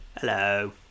Hello